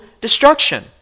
destruction